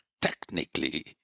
technically